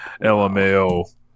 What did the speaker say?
LMAO